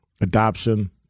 adoption